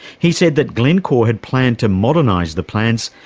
he said that glencore had planned to modernise the plants,